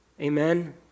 Amen